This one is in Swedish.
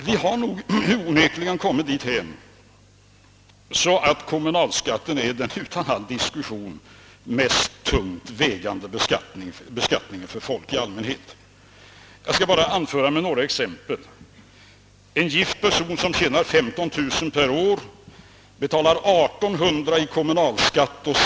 Vi har nämligen kommit dithän, att kommunalskatten är den utan all diskussion tyngst vägande beskattningen för folk i allmänhet. Jag kan anföra ett par exempel. statsskatt.